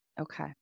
okay